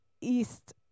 east